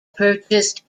purchased